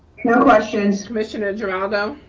no questions. commissioner geraldo.